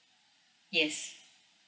yes